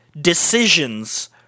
decisions